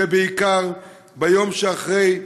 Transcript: ובעיקר ביום שאחרי,